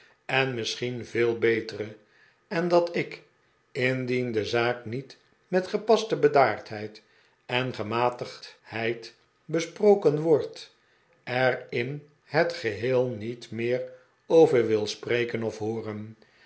en misschien veel betere en dat ik indien de zaak niet met gepaste bedaardheid en gematigdheid besproken wordt er in het geheel niet meer over wil spreken of hooren